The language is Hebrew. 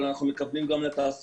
אבל אנחנו מכוונים אותם גם לתעשייה